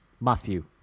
Matthew